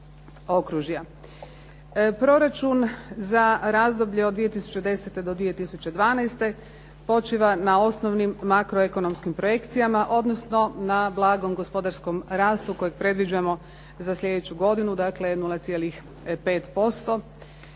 okružja. Proračun za razdoblje od 2010. do 2012. počiva na osnovnim makroekonomskim projekcijama, odnosno na blagom gospodarskom rastu kojeg predviđamo za sljedeću godinu, dakle 0,5%